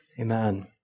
Amen